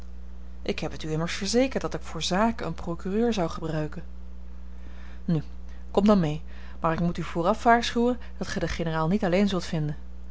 ik heb het u immers verzekerd dat ik voor zaken een procureur zou gebruiken nu kom dan mee maar ik moet u vooraf waarschuwen dat gij den generaal niet alleen zult vinden